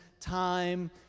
time